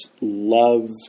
love